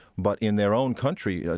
but in their own country, ah